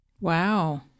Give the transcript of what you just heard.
Wow